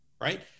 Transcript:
right